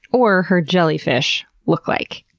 or her jellyfish look like?